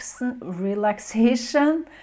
relaxation